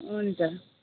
हुन्छ